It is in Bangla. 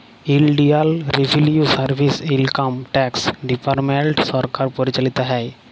ইলডিয়াল revenue service, income tax department সরকার পরিচালিত হ্যয়